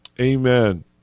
amen